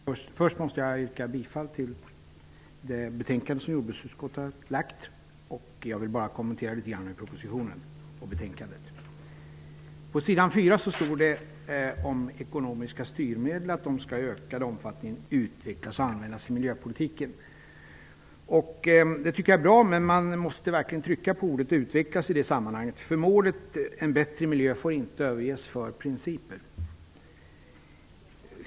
Herr talman! Först måste jag yrka bifall till jordbruksutskottets betänkande. Jag vill kommentera propositionen och betänkandet litet grand. På sidan 4 i propositionen står det att de ekonomiska styrmedlen i ökad omfattning skall utvecklas och användas i miljöpolitiken. Det tycker jag är bra, men man måste verkligen trycka på ordet utvecklas. Målet, en bättre miljö, får inte överges för principer.